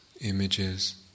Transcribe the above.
images